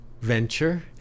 venture